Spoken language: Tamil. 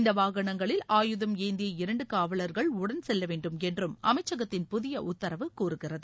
இந்த வாகனங்களில் ஆயுதம் ஏந்திய இரண்டு காவலர்கள் உடன் செல்லவேண்டும் என்றும் அமைச்சகத்தின் புதிய உத்தரவு கூறுகிறது